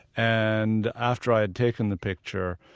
and after i had taken the picture,